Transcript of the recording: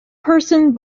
person